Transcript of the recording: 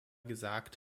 gesagt